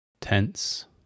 tense